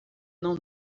não